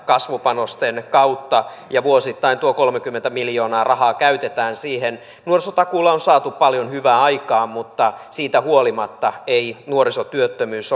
myös kasvupanosten kautta ja vuosittain tuo kolmekymmentä miljoonaa rahaa käytetään siihen nuorisotakuulla on saatu paljon hyvää aikaan mutta siitä huolimatta ei nuorisotyöttömyys